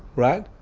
right.